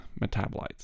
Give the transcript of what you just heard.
metabolites